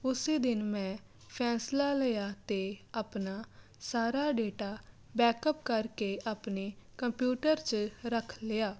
ਉਸ ਦਿਨ ਮੈਂ ਫੈਸਲਾ ਲਿਆ ਅਤੇ ਆਪਣਾ ਸਾਰਾ ਡੇਟਾ ਬੈਕਅਪ ਕਰਕੇ ਆਪਣੇ ਕੰਪਿਊਟਰ 'ਚ ਰੱਖ ਲਿਆ